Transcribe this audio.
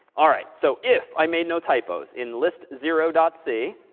all right. so if i made no typos in list zero dot c,